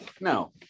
no